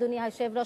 אדוני היושב-ראש,